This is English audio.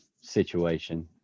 situation